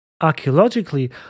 Archaeologically